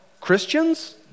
Christians